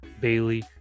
Bailey